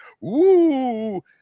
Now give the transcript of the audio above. Woo